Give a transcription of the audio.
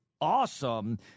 awesome